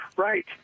Right